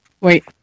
wait